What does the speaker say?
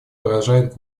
выражает